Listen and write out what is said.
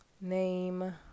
name